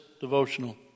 devotional